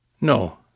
No